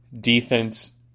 defense